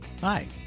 Hi